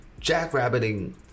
jackrabbiting